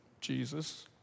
Jesus